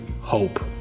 hope